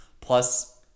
plus